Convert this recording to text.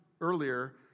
earlier